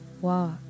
Walk